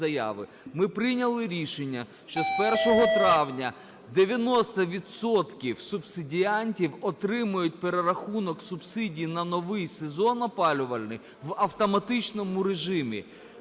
Ми прийняли рішення, що з 1 травня 90 відсотків субсидіантів отримають перерахунок субсидій на новий сезон опалювальний в автоматичному режимі.